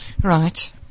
Right